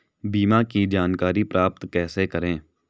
बीमा की जानकारी प्राप्त कैसे करें?